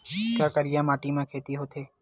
का करिया माटी म खेती होथे?